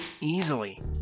easily